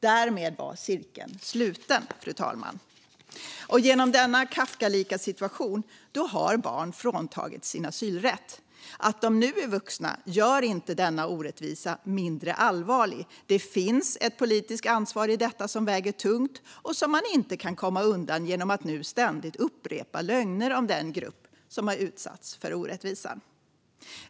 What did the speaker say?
Därmed var cirkeln sluten, fru talman. Genom denna Kafkalika situation har barn fråntagits sin asylrätt. Att de nu är vuxna gör inte denna orättvisa mindre allvarlig. Det finns ett politiskt ansvar i detta som väger tungt och som man inte kan komma undan genom att nu ständigt upprepa lögner om den grupp som har utsatts för orättvisan.